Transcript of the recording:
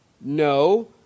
No